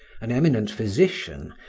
an eminent physician,